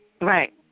Right